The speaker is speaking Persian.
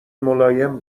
ملایم